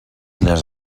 les